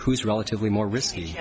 who's relatively more risky